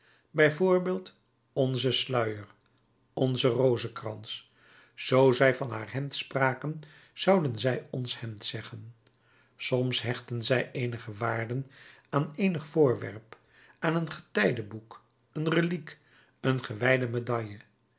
voorbeeld onze sluier onze rozenkrans zoo zij van haar hemd spraken zouden zij ons hemd zeggen soms hechten zij eenige waarde aan eenig voorwerp aan een getijdeboek een reliek een gewijde medalje